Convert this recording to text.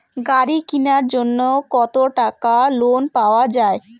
গাড়ি কিনার জন্যে কতো টাকা লোন পাওয়া য়ায়?